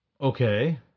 Okay